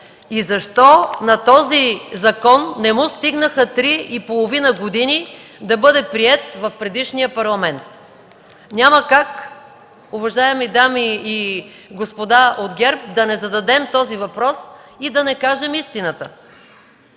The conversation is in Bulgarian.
и защо на този закон не му стигнаха три и половина години да бъде приет в предишния Парламент? Няма как, уважаеми дами и господа от ГЕРБ, да не зададем този въпрос и да не кажем истината.